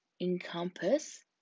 encompass